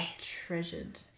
treasured